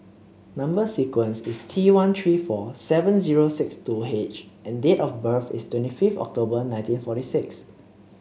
number sequence is T one three four seven zero six two H and date of birth is twenty fifth October nineteen forty six